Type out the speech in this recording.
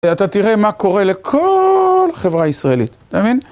אתה תראה מה קורה לכל חברה ישראלית, אתה מבין?